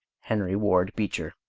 henry ward beecher.